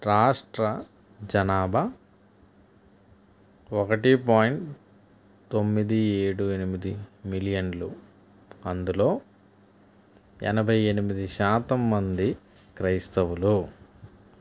రాష్ట్ర జనాభా ఒకటి పాయింట్ తొమ్మిది ఏడు ఎనిమిది మిలియన్లు అందులో ఎనభై ఎనిమిది శాతం మంది క్రైస్తవులు